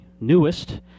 newest –